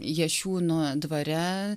jašiūnų dvare